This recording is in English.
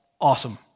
awesome